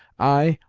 i,